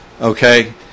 Okay